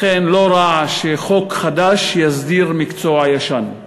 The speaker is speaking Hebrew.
לכן לא רע שחוק חדש יסדיר מקצוע ישן,